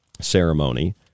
ceremony